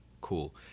Cool